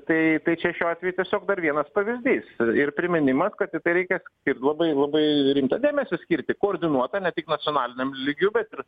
tai tai čia šiuo atveju tiesiog dar vienas pavyzdys ir priminimas kad į tai reikia ir labai labai rimtą dėmesį skirti koordinuotą ne tik nacionaliniam lygiu bet ir